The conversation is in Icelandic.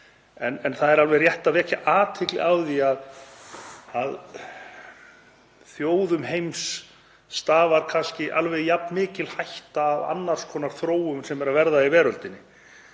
En það er rétt að vekja athygli á því að þjóðum heims stafar kannski jafn mikil hætta af annars konar þróun sem er að verða í veröldinni.